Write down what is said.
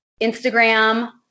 Instagram